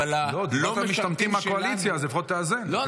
אבל הלא-משתמטים שלנו --- לא,